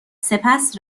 سپس